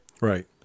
Right